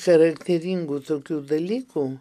charakteringų tokių dalykų